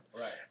Right